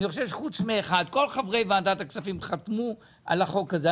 כל חברי ועדת הכספים חתמו על החוק הזה.